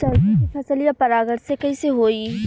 सरसो के फसलिया परागण से कईसे होई?